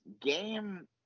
game